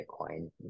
Bitcoin